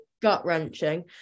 gut-wrenching